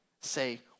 say